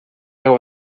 hago